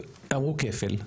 עבור כפל.